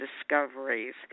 discoveries